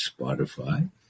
Spotify